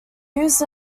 used